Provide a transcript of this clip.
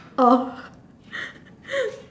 oh